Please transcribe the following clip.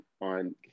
on